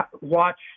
Watch